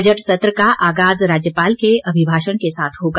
budget सत्र का आगाज राज्यपाल के अभिभाषण के साथ होगा